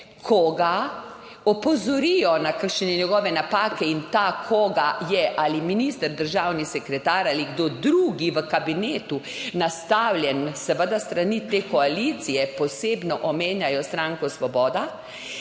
koga opozorijo na kakšne njegove napake, in ta koga je ali minister, državni sekretar ali kdo drugi v kabinetu nastavljen seveda s strani te koalicije, posebno omenjajo stranko Svoboda,